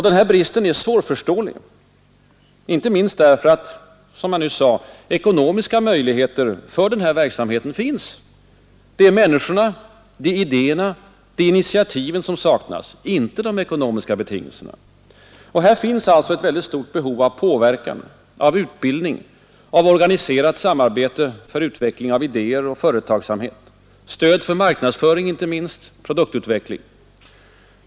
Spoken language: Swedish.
Denna brist är oförståelig, inte minst därför att, som man sade, ekonomiska möjligheter för sådan verksamhet finns. Det är människorna, det är idéerna, det är initiativen som saknas; inte de ekonomiska betingelserna. Här finns alltså ett väldigt behov av påverkan, av utbildning och av ett organiserat samarbete för utveckling av idéer och företagsamhet samt — inte minst — stöd för marknadsföring och produktutveckling.